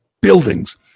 buildings